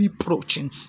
approaching